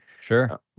Sure